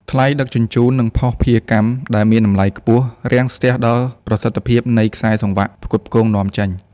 ថ្លៃដឹកជញ្ជូន និងភស្តុភារកម្ម ដែលមានតម្លៃខ្ពស់ រាំងស្ទះដល់ប្រសិទ្ធភាពនៃខ្សែសង្វាក់ផ្គត់ផ្គង់នាំចេញ។